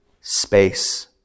space